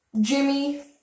Jimmy